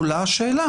עולה השאלה